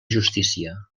justícia